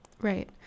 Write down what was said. Right